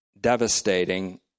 devastating